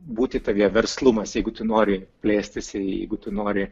būti tavyje verslumas jeigu tu nori plėstis jeigu tu nori